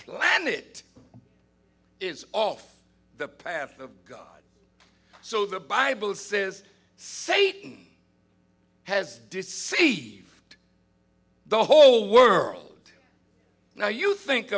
planet is off the path of god so the bible says satan has deceived the whole world now you think